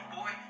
Boy